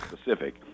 specific